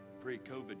pre-COVID